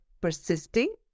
persisting